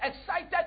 excited